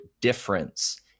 difference